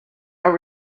are